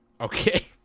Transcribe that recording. Okay